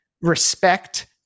respect